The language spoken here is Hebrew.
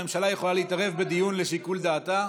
הממשלה יכולה להתערב בדיון לשיקול דעתה.